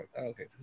Okay